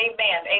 Amen